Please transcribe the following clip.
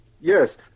yes